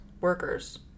workers